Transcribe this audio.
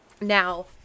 Now